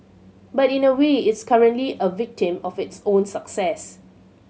but in a way it's currently a victim of its own success